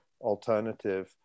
alternative